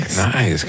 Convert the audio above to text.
nice